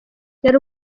yari